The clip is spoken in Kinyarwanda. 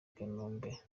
kanombe